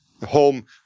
home